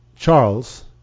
Charles